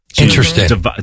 Interesting